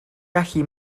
gallu